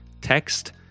text